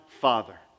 father